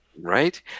Right